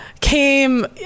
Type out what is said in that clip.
came